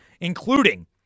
including